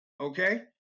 okay